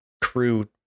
crew